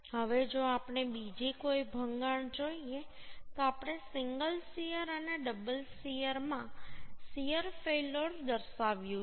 હવે જો આપણે બીજી કોઈ ભંગાણ જોઈએ તો આપણે સિંગલ શીયર અને ડબલ શીયરમાં શીયર ફેલ્યોર દર્શાવ્યું છે